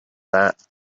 that